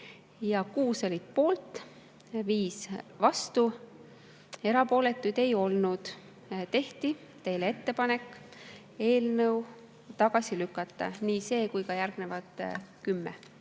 selle poolt, 5 oli vastu ja erapooletuid ei olnud. Tehti teile ettepanek eelnõu tagasi lükata – nii selle kui ka järgneva kümne